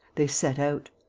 they set out.